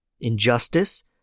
injustice